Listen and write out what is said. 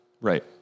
Right